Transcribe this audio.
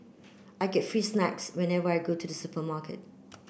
I get free snacks whenever I go to the supermarket